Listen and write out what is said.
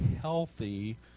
healthy